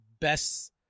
best